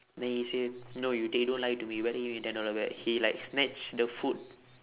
then he say no you take you don't lie to me you better give me ten dollar back he like snatch the food